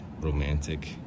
romantic